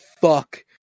fuck